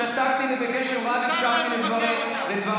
שתקתי ובקשב רב הקשבתי לדבריך.